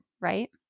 right